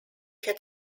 had